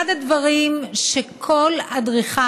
אחד הדברים שכל אדריכל,